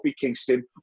Kingston